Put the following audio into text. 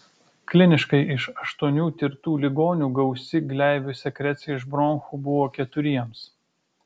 kliniškai iš aštuonių tirtų ligonių gausi gleivių sekrecija iš bronchų buvo keturiems